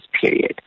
period